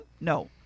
No